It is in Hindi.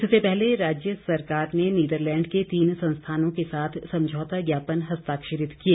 इससे पहले राज्य सरकार ने नीदरलैंड के तीन संस्थानों के साथ समझौता ज्ञापन हस्ताक्षरित किए